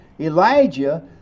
Elijah